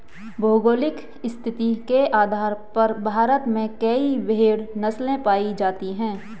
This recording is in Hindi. भौगोलिक स्थिति के आधार पर भारत में कई भेड़ नस्लें पाई जाती हैं